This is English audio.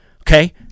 Okay